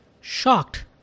Shocked